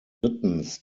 drittens